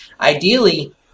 ideally